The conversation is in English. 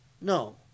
No